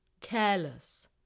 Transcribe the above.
careless